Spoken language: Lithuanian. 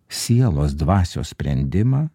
sielos dvasios sprendimą